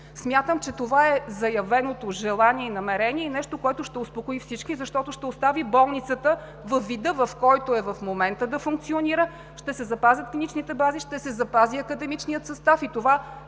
Смятам, че това е заявеното желание и намерение и нещо, което ще успокои всички, защото ще остави болницата да функционира във вида, в който е в момента, ще се запазят клиничните бази, ще се запази академичният състав и това